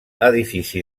edifici